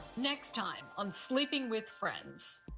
next time, on sleeping with friends.